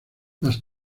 más